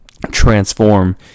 transform